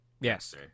Yes